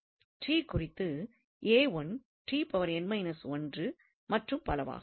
குறித்து மற்றும் பலவாகும்